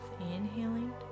inhaling